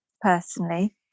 personally